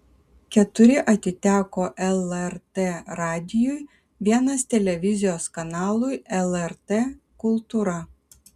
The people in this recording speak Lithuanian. keturi atiteko lrt radijui vienas televizijos kanalui lrt kultūra